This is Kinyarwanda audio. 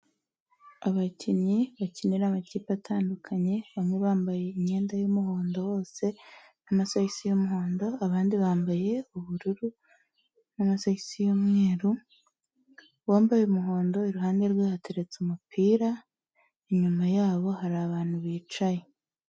Abakinnyi bakinira amakipe atandukanye, bamwe bambaye imyenda y'umuhondo wose, amasogisi y'umuhondo, abandi bambaye ubururu n'amasogisi y'umweru, uwambaye umuhondo iruhande rwe hateretse umupira, inyuma yabo hari abantu bicaye.